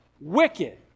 wicked